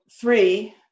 three